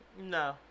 No